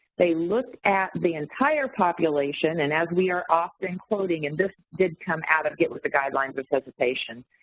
they look at the entire population and as we are often quoting, and this did come out of get with the guidelines-resuscitation.